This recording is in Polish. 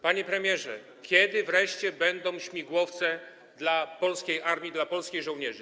Panie premierze, kiedy wreszcie będą śmigłowce dla polskiej armii, dla polskich żołnierzy?